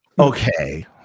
Okay